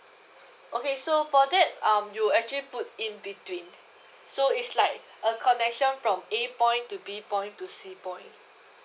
okay so for that um you actually put in between so it's like a connection from A point to B point to C point